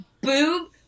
Boob